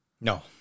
No